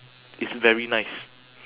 it's very nice